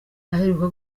aheruka